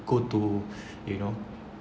go to you know